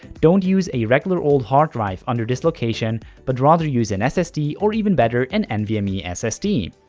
don't use a regular old hard drive under this location but rather use an ssd or even better an nvme yeah ssd.